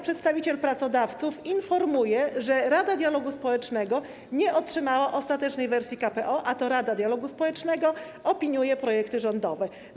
Przedstawiciel pracodawców informuje, że Rada Dialogu Społecznego nie otrzymała ostatecznej wersji KPO, a to Rada Dialogu Społecznego opiniuje projekty rządowe.